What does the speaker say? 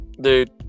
Dude